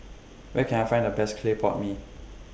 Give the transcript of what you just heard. Where Can I Find The Best Clay Pot Mee